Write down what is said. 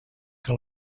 que